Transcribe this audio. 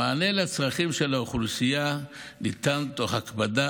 המענה על הצרכים של האוכלוסייה ניתן תוך הקפדה